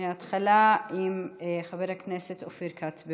ההתחלה עם חבר הכנסת אופיר כץ.